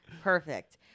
Perfect